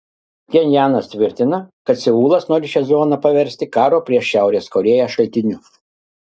pchenjanas tvirtina kad seulas nori šią zoną paversti karo prieš šiaurės korėją šaltiniu